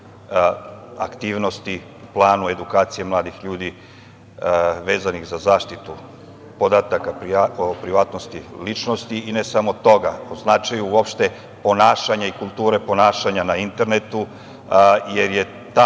aktivnosti u planu edukacije mladih ljudi vezanih za zaštitu podataka o privatnosti ličnosti i ne samo toga, o značaju opšte ponašanja i kulture ponašanja na internetu jer je ta